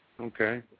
Okay